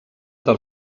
del